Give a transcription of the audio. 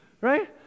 right